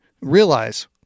Realize